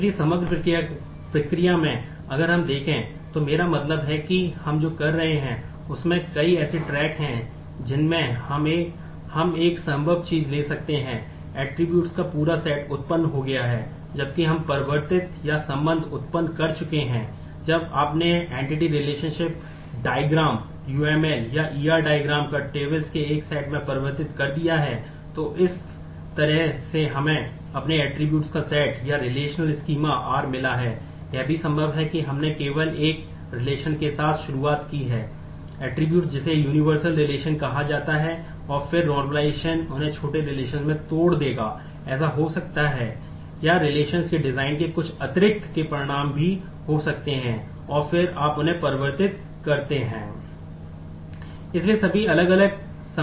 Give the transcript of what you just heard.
इसलिए समग्र प्रक्रिया में अगर हम देखें तो मेरा मतलब है कि हम जो कर रहे हैं उसमें कई ऐसे ट्रैक के कुछ अतिरिक्त के परिणाम भी हो सकते हैं और फिर आप उन्हें परिवर्तित करते हैं